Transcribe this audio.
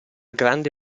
grande